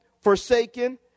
forsaken